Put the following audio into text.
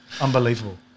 Unbelievable